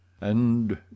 And